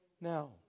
now